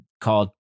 called